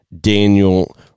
Daniel